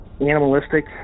animalistic